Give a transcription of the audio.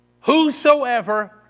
whosoever